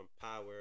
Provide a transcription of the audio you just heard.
power